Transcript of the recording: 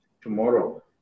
tomorrow